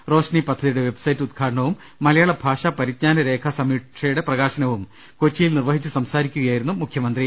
റോഷ്നി പദ്ധതിയുടെ വെബ്സൈറ്റ് ഉദ്ഘാടനവും മലയാളഭാഷ പ രിജ്ഞാനരേഖ സമീക്ഷയുടെ പ്രകാശനവും കൊച്ചിയിൽ നിർവഹിച്ചു സംസാരിക്കുകയായിരുന്നു മുഖ്യമന്ത്രി